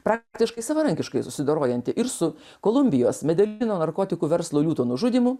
praktiškai savarankiškai susidorojanti ir su kolumbijos medelino narkotikų verslo liūto nužudymu